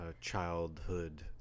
childhood